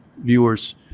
viewers